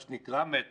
מה שנקרא מטרו,